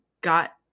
got